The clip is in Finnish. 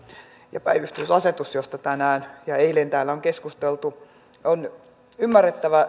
ja päivystysasetus josta tänään ja eilen täällä on keskusteltu ovat ymmärrettäviä